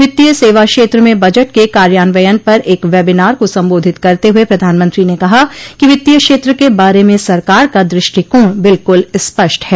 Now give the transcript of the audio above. वित्तीय सेवा क्षेत्र में बजट के कार्यान्वयन पर एक वेबीनार को संबोधित करते हुए प्रधानमंत्री ने कहा कि वित्तीय क्षेत्र के बारे में सरकार का दृष्टिकोण बिल्कु ल स्पष्ट है